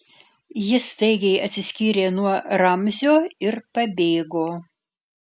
ji staigiai atsiskyrė nuo ramzio ir pabėgo